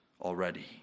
already